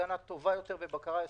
היתה לנו בעיה של איסוף נתונים, מי נסע?